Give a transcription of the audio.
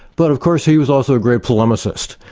but of course he was also a great polemicist,